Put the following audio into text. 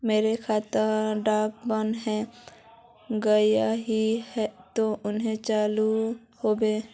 मोर खाता डा बन है गहिये ते कन्हे चालू हैबे?